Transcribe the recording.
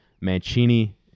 Mancini